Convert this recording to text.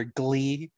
glee